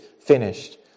finished